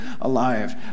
alive